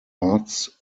arts